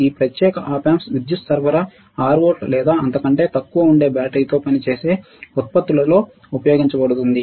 ఈ ప్రత్యేక op amps విద్యుత్ సరఫరా 6 వోల్ట్లు లేదా అంతకంటే తక్కువ ఉండే బ్యాటరీతో పనిచేసే ఉత్పత్తులలో ఉపయోగించబడుతుంది